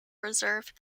reserve